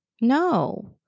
No